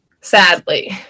sadly